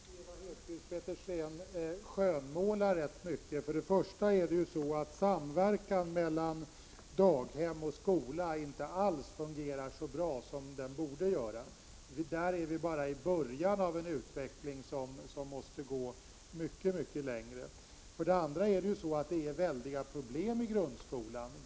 Herr talman! Jag tycker att Ewa Hedkvist Petersen skönmålar ganska mycket. För det första fungerar inte alls samverkan mellan daghem och skola så bra som den borde göra. Där är vi bara i början av en utveckling som måste gå mycket längre. För det andra är det stora problem i grundskolan.